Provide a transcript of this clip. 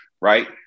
right